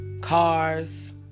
Cars